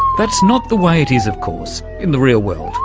that's not the way it is of course in the real world,